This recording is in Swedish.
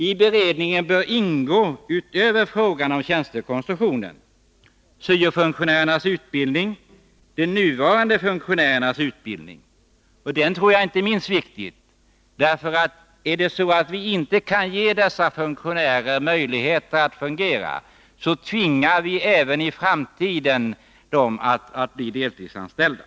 I beredningen bör ingå — utöver frågan om tjänstekonstruktionen — syo-funktionärernas utbildning och de nuvarande funktionärernas fortbildning. Det sistnämnda tror jag är inte minst viktigt, för kan vi inte ge dessa funktionärer denna möjlighet, så tvingar vi dem även i framtiden att bli deltidsanställda.